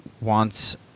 wants